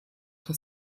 das